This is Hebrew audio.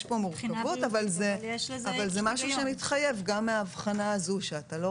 יש כאן מורכבות אבל זה משהו שמתחייב גם מההבחנה הזו שאתה לא